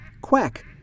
Quack